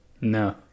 No